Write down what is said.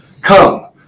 Come